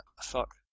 Fuck